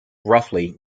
roughly